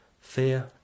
Fear